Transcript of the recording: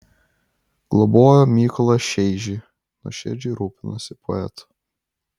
globojo mykolą šeižį nuoširdžiai rūpinosi poetu